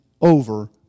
over